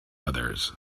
others